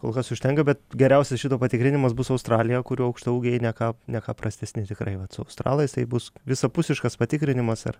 kol kas užtenka bet geriausias šito patikrinimas bus australija kurių aukštaūgiai ne ką ne ką prastesni tikrai vat su australais tai bus visapusiškas patikrinimas ar